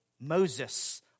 Moses